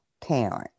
parent